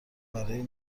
برای